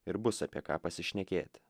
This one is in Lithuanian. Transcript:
ir bus apie ką pasišnekėti